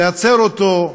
להצר אותו,